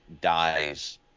dies